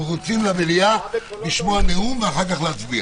אנחנו רצים למליאה לשמוע נאום ואחר כך להצביע.